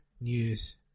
News